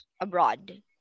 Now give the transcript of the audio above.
abroad